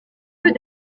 peu